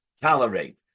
tolerate